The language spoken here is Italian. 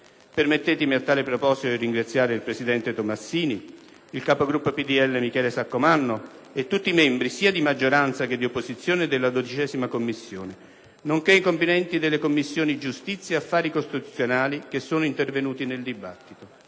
contemplare. Permettetemi a tale proposito di ringraziare il presidente Tomassini, il capogruppo del Popolo della Libertà Michele Saccomanno, e tutti i membri sia di maggioranza che di opposizione della 12a Commissione, nonché i componenti delle Commissioni giustizia e affari costituzionali che sono intervenuti nel dibattito.